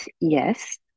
yes